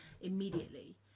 immediately